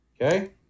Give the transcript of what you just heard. Okay